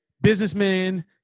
businessman